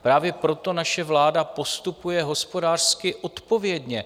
Právě proto naše vláda postupuje hospodářsky odpovědně.